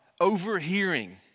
overhearing